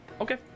Okay